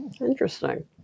interesting